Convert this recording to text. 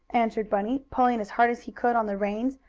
answered bunny, pulling as hard as he could on the reins.